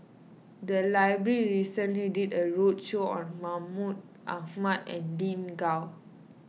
the library recently did a roadshow on Mahmud Ahmad and Lin Gao